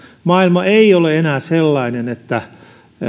maailma ei ole enää sellainen että